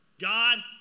God